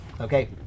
okay